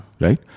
Right